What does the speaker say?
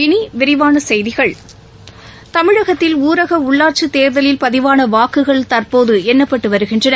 இனிவிரிவானசெய்திகள் தமிழகத்தில் ஊரகஉள்ளாட்சித் தேர்தலில் பதிவானவாக்குகள் தற்போதுஎண்ணப்பட்டுவருகின்றன